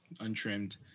untrimmed